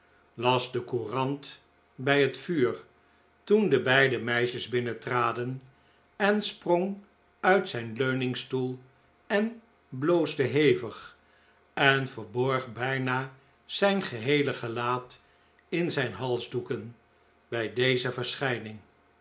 las de courant bij het vuur toen de beide meisjes binnentraden en sprong uit zijn leuningstoel en bloosde hevig en verborg bijna zijn geheele gelaat in zijn halsdoeken bij deze verschijning